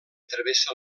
travessa